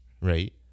right